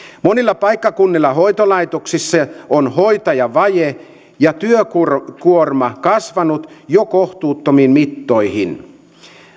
monilla paikkakunnilla hoitolaitoksissa on hoitajavaje ja työkuorma kasvanut jo kohtuuttomiin mittoihin